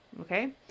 okay